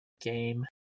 Game